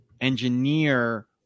engineer